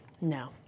no